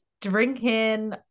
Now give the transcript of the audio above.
drinking